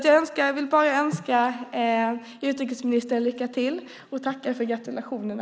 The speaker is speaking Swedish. Jag vill bara önska utrikesministern lycka till och även tacka för gratulationerna!